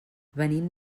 venim